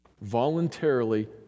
voluntarily